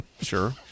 Sure